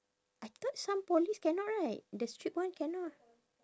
I thought some polys cannot right the strict one cannot